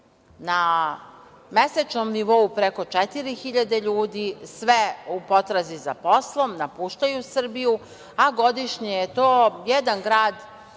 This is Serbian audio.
na mesečnom nivou preko 4.000 ljudi, sve u potrazi za poslom, napuštaju Srbiju, a godišnje je to jedan grad